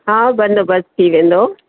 हा उहो बंदोबस्तु थी वेंदो